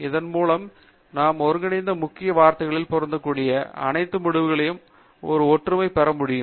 இதன்மூலம் நாம் ஒருங்கிணைந்த முக்கிய வார்த்தைகளின் பொருந்தக்கூடிய அனைத்து முடிவுகளையும் ஒரு ஒற்றுமை பெற முடியும்